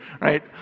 right